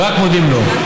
ורק מודים לו.